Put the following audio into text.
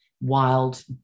wild